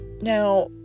Now